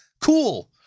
Cool